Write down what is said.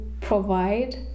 provide